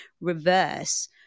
reverse